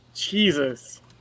Jesus